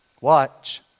Watch